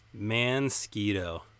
mansquito